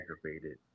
aggravated